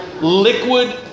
liquid